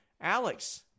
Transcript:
Alex